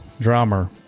drummer